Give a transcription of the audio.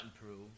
improve